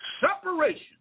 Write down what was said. Separation